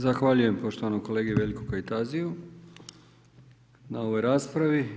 Zahvaljujem poštovanom kolegi Veljku Kajtaziju, na ovaj raspravi.